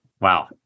Wow